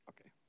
Okay